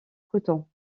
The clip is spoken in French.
cotton